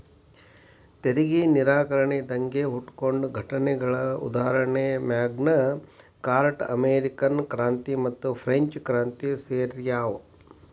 ತೆರಿಗೆ ನಿರಾಕರಣೆ ದಂಗೆ ಹುಟ್ಕೊಂಡ ಘಟನೆಗಳ ಉದಾಹರಣಿ ಮ್ಯಾಗ್ನಾ ಕಾರ್ಟಾ ಅಮೇರಿಕನ್ ಕ್ರಾಂತಿ ಮತ್ತುಫ್ರೆಂಚ್ ಕ್ರಾಂತಿ ಸೇರ್ಯಾವ